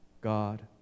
God